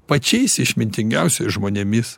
pačiais išmintingiausiais žmonėmis